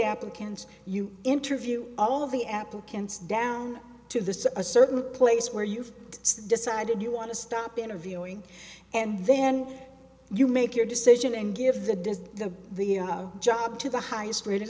applicants you interview all of the applicants down to the same a certain place where you've decided you want to stop interviewing and then you make your decision and give the does the job to the highest rated